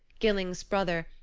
gilling's brother,